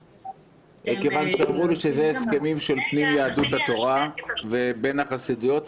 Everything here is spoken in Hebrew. כיוון שאמרו לי שאלה הסכמים של פנים יהדות התורה בין החסידויות,